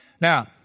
Now